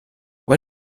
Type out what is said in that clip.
what